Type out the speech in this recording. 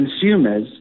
consumers